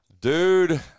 Dude